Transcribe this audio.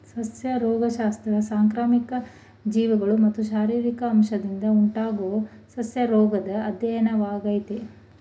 ಸಸ್ಯ ರೋಗಶಾಸ್ತ್ರ ಸಾಂಕ್ರಾಮಿಕ ಜೀವಿಗಳು ಮತ್ತು ಶಾರೀರಿಕ ಅಂಶದಿಂದ ಉಂಟಾಗೊ ಸಸ್ಯರೋಗದ್ ಅಧ್ಯಯನವಾಗಯ್ತೆ